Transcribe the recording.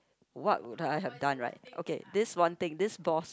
what would I have done right okay this one thing this boss